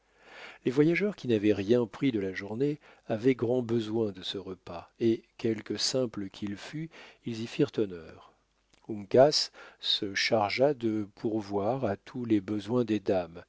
les voyageurs qui n'avaient rien pris de la journée avaient grand besoin de ce repas et quelque simple qu'il fût ils y firent honneur uncas se chargea de pourvoir à tous les besoins des dames